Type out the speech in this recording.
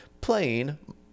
playing